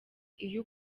iyo